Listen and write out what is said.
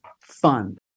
fund